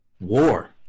war